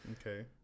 Okay